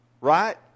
Right